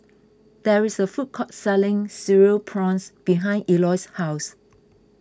there is a food court selling Cereal Prawns behind Eloy's house